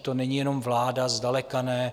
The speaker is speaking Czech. To není jenom vláda, zdaleka ne.